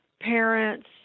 parents